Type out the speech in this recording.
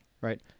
right